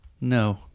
No